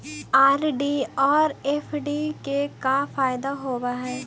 RD और FD के का फायदा होव हई?